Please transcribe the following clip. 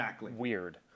weird